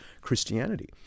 Christianity